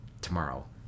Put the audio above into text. tomorrow